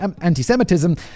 anti-Semitism